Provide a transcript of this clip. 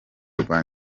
rwa